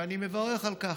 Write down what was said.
ואני מברך על כך.